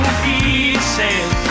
pieces